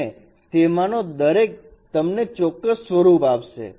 અને તેમાંનો દરેક તમને ચોક્કસ સ્વરૂપ આપશે